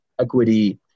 equity